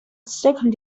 second